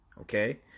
Okay